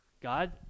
God